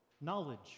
Knowledge